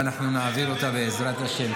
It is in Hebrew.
ואנחנו נעביר אותה, בעזרת השם.